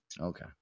Okay